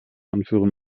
anführen